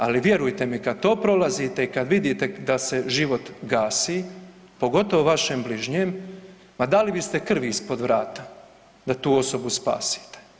Ali vjerujte mi kad to prolazite i kad vidite da se život gasi, pogotovo vašem bližnjem, ma dali biste krvi ispod vrata da tu osobu spasite.